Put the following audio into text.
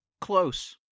close